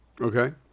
Okay